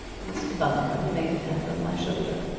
mr. bundercombe laid his hand on my shoulder.